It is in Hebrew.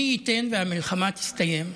מי ייתן והמלחמה תסתיים,